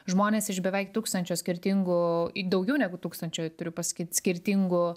žmonės iš beveik tūkstančio skirtingų į daugiau negu tūkstančio turiu pasakyt skirtingų